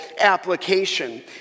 application